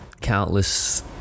countless